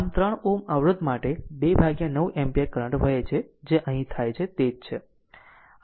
આમ 3 Ω અવરોધ માટે 29 એમ્પીયર કરંટ વહે છે જે અહીં થાય છે તે જ છે